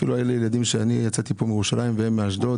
אפילו היה לי ילדים שאני יצאתי מפה מירושלים והם מאשדוד.